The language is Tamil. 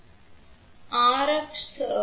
ஆனால் இங்கே RF சோக்ஸ் காட்டப்படவில்லை